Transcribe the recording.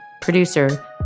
producer